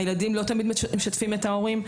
הילדים לא תמיד משתפים את ההורים,